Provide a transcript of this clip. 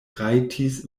rajtis